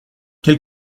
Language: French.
quel